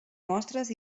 mostres